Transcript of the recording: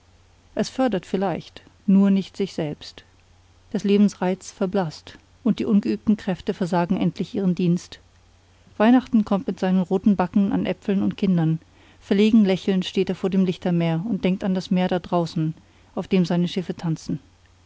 es fördert vielleicht nur nicht sich selbst des lebens reiz verblaßt und die ungeübten kräfte versagen endlich ihren dienst weihnachten kommt mit seinen roten backen an äpfeln und kindern verlegen lächelnd steht er vor dem lichtermeer und denkt an das meer da draußen auf dem seine schiffe tanzen